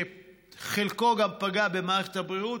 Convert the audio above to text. שחלקו פגע גם במערכת הבריאות,